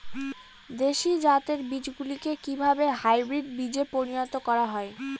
দেশি জাতের বীজগুলিকে কিভাবে হাইব্রিড বীজে পরিণত করা হয়?